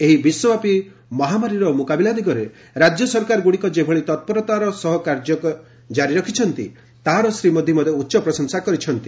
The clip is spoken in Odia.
ଏହି ବିଶ୍ୱବ୍ୟାପୀ ମହାମାରୀର ମୁକାବିଲା ଦିଗରେ ରାଜ୍ୟ ସରକାରଗୁଡ଼ିକ ଯେଭଳି ତ୍ପରତାର ସହ କାର୍ଯ୍ୟ କାରି ରଖିଛନ୍ତି ତାହାର ଶ୍ରୀ ମୋଦି ମଧ୍ୟ ଉଚ୍ଚ ପ୍ରଶଂସା କରିଛନ୍ତି